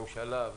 לממשלה,